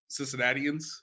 Cincinnatians